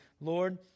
Lord